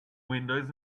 windows